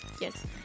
Yes